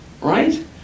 Right